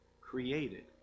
created